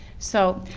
so,